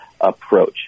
approach